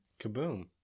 Kaboom